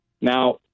Now